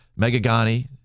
Megagani